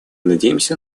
надеемся